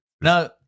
now